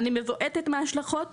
אני מבועתת מההשלכות